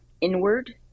inward